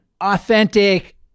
authentic